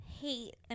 hate